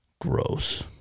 Gross